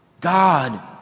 God